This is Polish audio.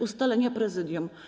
Ustalenia Prezydium.